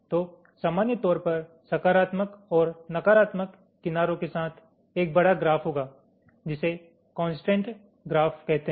तो सामान्य तौर पर सकारात्मक और नकारात्मक किनारों के साथ एक बड़ा ग्राफ होगा जिसे कोंसट्रेंट ग्राफ कहते हैं